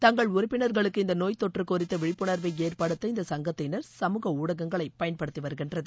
தங்கள் உறுப்பினர்களுக்கு இந்த நோய்த் தொற்று குறித்து விழிப்புணர்வை ஏற்படுத்த இந்த சங்கத்தினர் சமூக ஊடகங்களை பயன்படுத்தி வருகின்றது